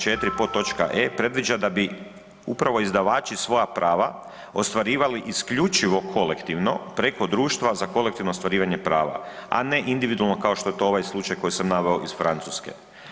4. podtoč. e., predviđa da bi upravo izdavači svoja prava ostvarivali isključivo kolektivno preko Društva za kolektivno ostvarivanje prava, a ne individualno kao što je to ovaj slučaj koji sam naveo iz Francuske.